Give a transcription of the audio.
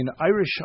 Irish